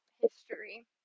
history